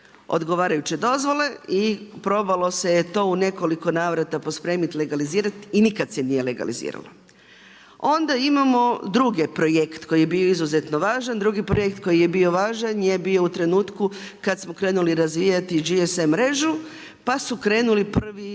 odgovarajuće dozvole i probalo se je to u nekoliko navratit pospremiti legalizirati i nikad se nije legaliziralo. Onda imamo drugi projekt koji je bio izuzetno važan. Drugi projekt koji je bio važan je bio u trenutku kad smo krenuli razvijati GSM mrežu, pa su krenuli prvi,